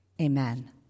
amen